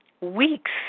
Weeks